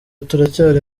turacyari